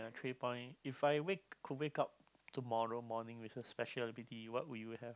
three point if I wake could wake up tomorrow morning with a special ability what would you have